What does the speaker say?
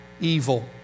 evil